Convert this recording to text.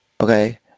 Okay